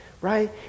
right